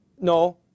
No